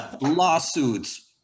Lawsuits